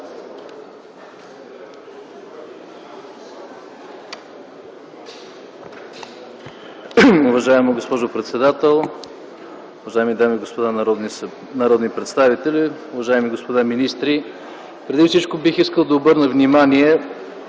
Уважаема госпожо председател, уважаеми дами и господа народни представители, уважаеми господа министри! Преди всичко бих искал да обърна внимание,